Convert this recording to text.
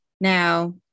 Now